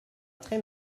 très